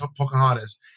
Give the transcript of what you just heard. Pocahontas